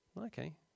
Okay